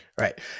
Right